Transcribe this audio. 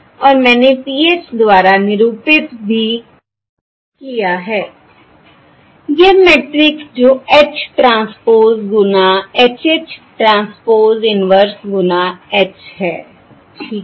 और मैंने PH द्वारा निरूपित भी किया है यह मैट्रिक्स जो H ट्रांसपोज़ गुना H H ट्रांसपोज़ इन्वर्स गुना H है ठीक है